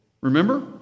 Remember